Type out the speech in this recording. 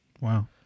Wow